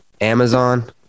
Amazon